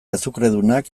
azukredunak